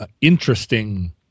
interesting